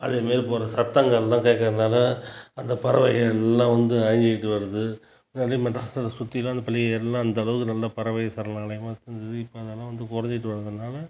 அதேமாரி போகிறது சத்தங்கள்லாம் கேட்குறதுனால அந்த பறவைகள்லாம் வந்து அழிஞ்சிகிட்டு வருது வளிமண்டலத்தை சுற்றி தான் அந்தளவுக்கு பறவைகள் சரணாலயமாக இப்போ அதெல்லாம் குறஞ்சிட்டு வரதனால